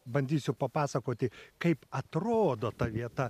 bandysiu papasakoti kaip atrodo ta vieta